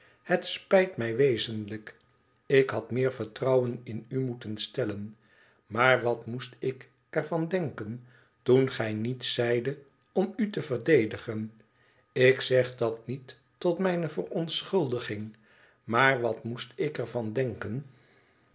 het spijt mij wezenlijk ik had meer vertrouwen in u moeten stellen maar wat moest ik er van denken toen gij niets zeidet om u te verdedigen ik zeg dat niet tot mijne verontschuldiging maar wat moest ik er van denken